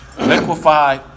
liquefy